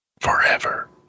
forever